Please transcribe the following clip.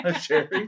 Jerry